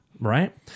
right